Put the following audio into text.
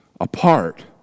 apart